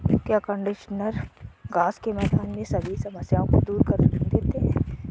क्या कंडीशनर घास के मैदान में सभी समस्याओं को दूर कर देते हैं?